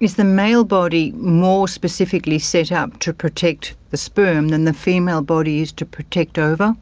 is the male body more specifically set up to protect the sperm than the female body is to protect ova?